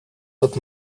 тот